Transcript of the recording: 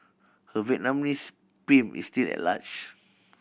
her Vietnamese pimp is still at large